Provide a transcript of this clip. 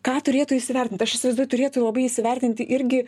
ką turėtų įsivertint aš įsivaizduoju turėtų labai įsivertinti irgi